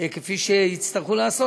כפי שיצטרכו לעשות,